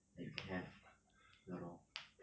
like you can have ya lor